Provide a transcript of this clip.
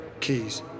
Keys